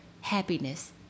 happiness